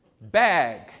bag